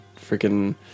freaking